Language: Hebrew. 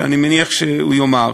שאני מניח שהוא יאמר.